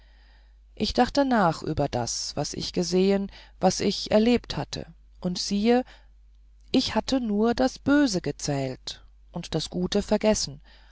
ich dachte nach über das was ich gesehen was ich erlebt hatte und siehe ich hatte nur das böse gezählt und das gute vergessen